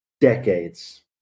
Decades